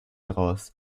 heraus